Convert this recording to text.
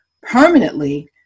permanently